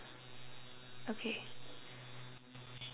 okay